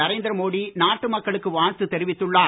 நரேந்திர மோடி நாட்டு மக்களுக்கு வாழ்த்து தெரிவித்துள்ளார்